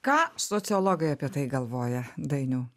ką sociologai apie tai galvoja dainiau